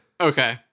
Okay